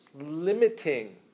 limiting